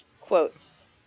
Quotes